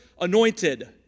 anointed